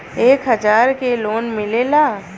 एक हजार के लोन मिलेला?